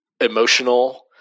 emotional